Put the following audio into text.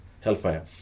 hellfire